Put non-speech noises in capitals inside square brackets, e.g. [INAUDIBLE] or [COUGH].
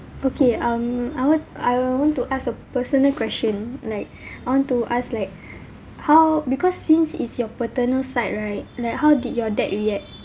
okay um I what I want to ask a personal question like [BREATH] I want to ask like [BREATH] how because since it's your paternal side right like how did your dad react